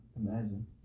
imagine